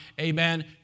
amen